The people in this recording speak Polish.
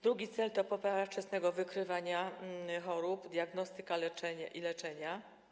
Drugi cel to poprawa wczesnego wykrywania chorób, diagnostyki i leczenia.